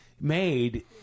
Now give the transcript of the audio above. made